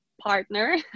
partner